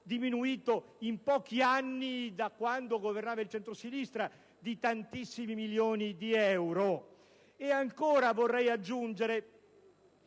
diminuito in pochi anni, da quando governava il centrosinistra, di tantissimi milioni di euro. E ancora, vorrei aggiungere